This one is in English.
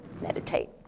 meditate